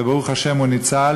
וברוך השם הוא ניצל.